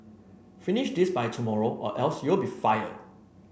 finish this by tomorrow or else you'll be fired